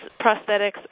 prosthetics